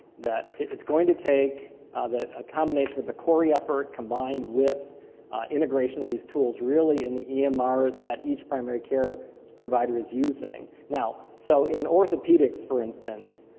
that it's going to take ah a combination of a pcori effort combined with integration of these tools really in the emr that each primary care provider is using. now, so in orthopedics, for instance,